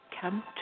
come